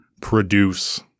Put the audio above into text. produce